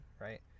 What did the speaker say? right